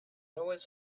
always